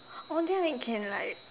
oh then I can like